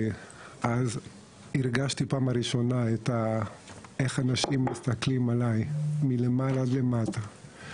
ואז הרגשתי פעם ראשונה איך אנשים מסתכלים עליי מלמעלה למטה.